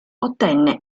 ottenne